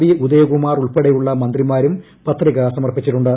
B Udayakumar ഉൾപ്പെടെയുള്ള മന്ത്രിമാരും പത്രിക സമർപ്പിച്ചിട്ടുണ്ട്